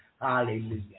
Hallelujah